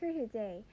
today